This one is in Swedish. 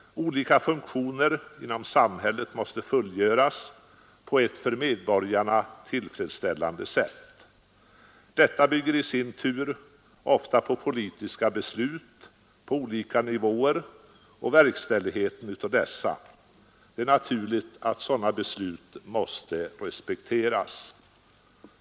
Olika funktioner inom samhället måste fullgöras på ett för medborgarna tillfredsställande sätt. Detta bygger i sin tur ofta på politiska beslut på olika nivåer och verkställigheten av dessa. Det är naturligt att sådana beslut måste respekteras.